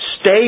Stay